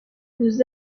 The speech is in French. vous